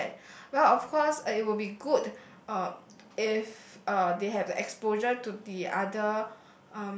shared well of course uh it will be good um if uh they have exposure to the other